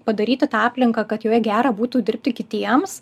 padaryti tą aplinką kad joje gera būtų dirbti kitiems